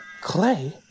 Clay